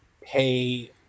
pay